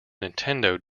nintendo